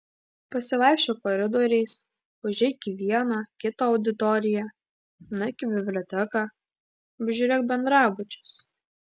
pasivaikščiok koridoriais užeik į vieną kitą auditoriją nueik į biblioteką apžiūrėk bendrabučius